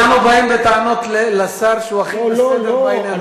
אנחנו באים בטענות לשר שהוא הכי בסדר בעניין הזה.